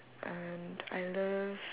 and I love